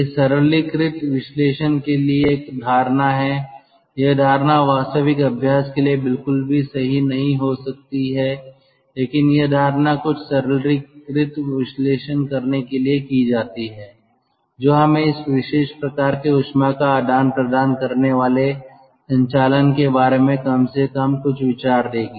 यह सरलीकृत विश्लेषण के लिए एक धारणा है यह धारणा वास्तविक अभ्यास के लिए बिल्कुल भी सही नहीं हो सकती है लेकिन यह धारणा कुछ सरलीकृत विश्लेषण करने के लिए की जाती है जो हमें इस विशेष प्रकार के उष्मा का आदान प्रदान करने वाले संचालन के बारे में कम से कम कुछ विचार देगी